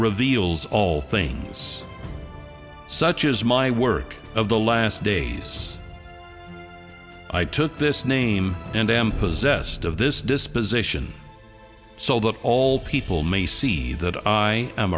reveals all things such as my work of the last days i took this name and am possessed of this disposition so that all people may see that i am